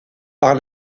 par